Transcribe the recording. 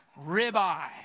ribeye